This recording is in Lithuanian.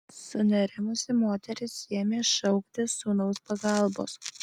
sunerimusi moteris ėmė šauktis sūnaus pagalbos